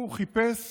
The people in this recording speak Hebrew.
הוא חיפש